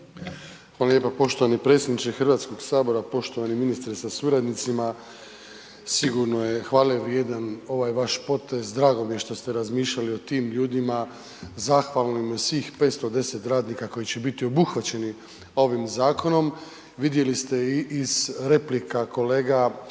Hvala lijepa poštovani predsjedniče Hrvatskog sabora. Poštovani ministre sa suradnicima sigurno je hvale vrijedan ovaj vaš potez, drago mi je što ste razmišljali o tim ljudima, zahvalnim na svih 510 radnika koji će biti obuhvaćeni ovim zakonom. Vidjeli ste i iz replika kolega, uvaženih kolega